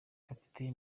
kapiteni